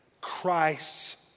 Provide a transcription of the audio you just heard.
Christ's